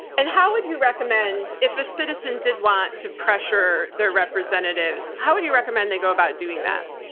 and how would you recommend if a citizen did want to pressure their representatives, how would you recommend they go about doing that?